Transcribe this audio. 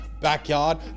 backyard